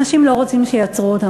אנשים לא רוצים שיעצרו אותם,